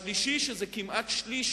השלישי, שזה כמעט שליש